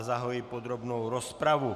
Zahajuji podrobnou rozpravu.